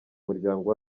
muryango